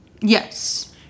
yes